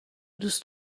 دوست